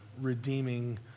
redeeming